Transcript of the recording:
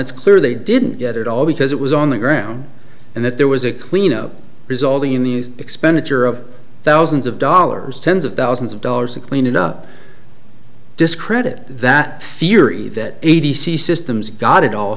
it's clear they didn't get it all because it was on the ground and that there was a cleanup resulting in the expenditure of thousands of dollars tens of thousands of dollars of cleanup discredit that theory that a t c systems got it all